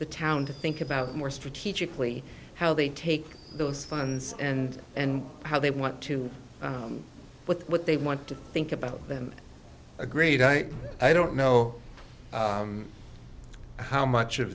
the town to think about more strategically how they take those funds and and how they want to know what they want to think about them a great i i don't know how much of